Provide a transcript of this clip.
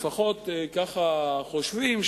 לפחות כך חושבים,